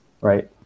right